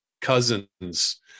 cousins